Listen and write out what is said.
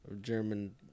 German